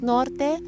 Norte